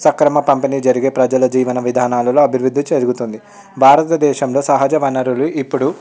సక్రమ పంపిణీ జరిగే ప్రజలు జీవన విధానాలలో అభివృద్ధి జరుగుతుంది భారత దేశంలో సహజ వనరులు ఇప్పుడు